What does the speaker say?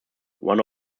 one